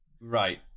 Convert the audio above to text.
right